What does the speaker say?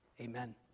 Amen